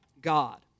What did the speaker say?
God